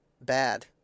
bad